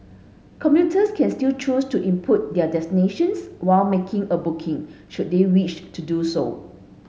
commuters can still choose to input their destinations while making a booking should they wish to do so